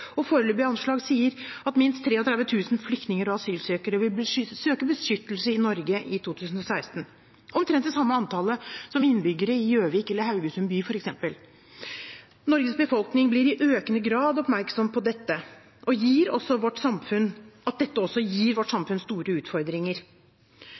og foreløpige anslag sier at minst 33 000 flyktninger og asylsøkere vil søke beskyttelse i Norge i 2016 – omtrent det samme antallet som det er innbyggere i f.eks. Gjøvik eller Haugesund by. Norges befolkning blir i økende grad oppmerksom på at dette gir vårt samfunn store utfordringer.